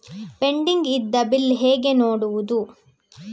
Pending ಇದ್ದ bill ಹೇಗೆ ನೋಡುವುದು?